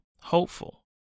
hopeful